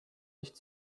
nicht